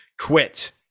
quit